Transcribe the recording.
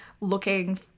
looking